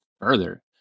further